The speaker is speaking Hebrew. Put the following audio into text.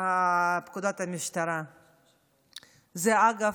פקודת המשטרה, אגב,